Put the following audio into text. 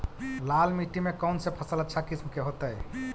लाल मिट्टी में कौन से फसल अच्छा किस्म के होतै?